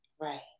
Right